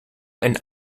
and